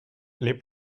les